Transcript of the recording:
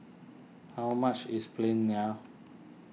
how much is Plain Naan